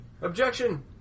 Objection